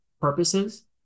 purposes